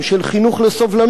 של חינוך לסובלנות,